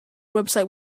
website